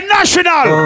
National